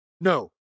No